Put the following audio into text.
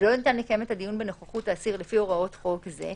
ולא ניתן לקיים את הדיון בנוכחות האסיר לפי הוראות חוק זה ,